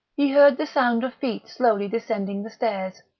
he heard the sound of feet slowly descending the stairs.